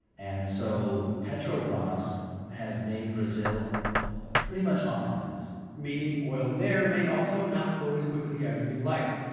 and so petrobras has made brazil pretty much off limits meaning, oil there may also not flow as quickly as we'd like.